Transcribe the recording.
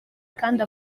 kandi